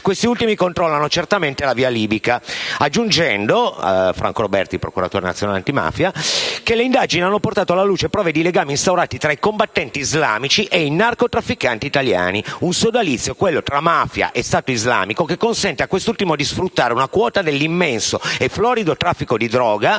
Questi ultimi controllano certamente la via libica. Aggiunge poi Franco Roberti, procuratore nazionale antimafia, che le indagini hanno portato alla luce prove di legami instaurati tra i combattenti islamici e i narcotrafficanti italiani. Un sodalizio, quello tra mafia e Stato Islamico, che consente a quest'ultimo di sfruttare una quota dell'immenso e florido traffico di droga